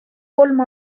kolm